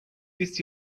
this